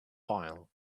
file